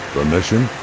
mission?